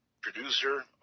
producer